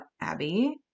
Abby